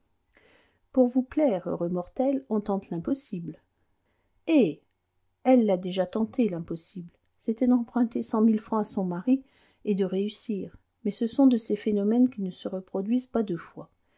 pour vous plaire heureux mortel on tente l'impossible eh elle l'a déjà tenté l'impossible c'était d'emprunter cent mille francs à son mari et de réussir mais ce sont de ces phénomènes qui ne se reproduisent pas deux fois